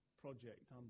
project